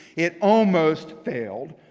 it almost failed.